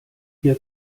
ihr